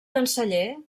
canceller